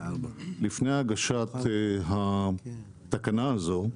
לפני הגשת התקנה הזו,